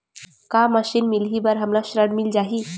का मशीन मिलही बर हमला ऋण मिल जाही?